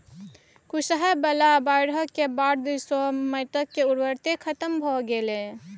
कुसहा बला बाढ़िक बाद तँ माटिक उर्वरते खतम भए गेलै